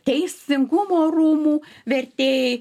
teisingumo rūmų vertėjai